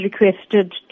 requested